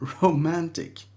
Romantic